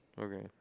Okay